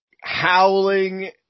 howling